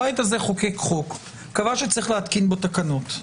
הבית הזה חוקק חוק וקבע שצריך להתקין בו תקנות.